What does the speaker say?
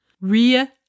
Ria